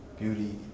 beauty